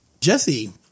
Jesse